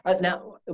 now